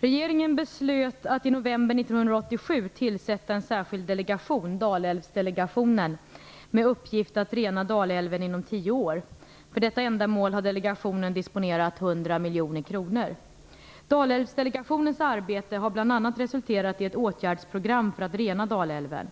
Regeringen beslöt att i november 1987 tillsätta en särskild delegation, Dalälvsdelegationen, med uppgift att rena Dalälven inom tio år. För detta ändamål har delegationen disponerat 100 miljoner kronor. Dalälvsdelegationens arbete har bl.a. resulterat i ett åtgärdsprogram för att rena Dalälven.